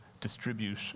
distribute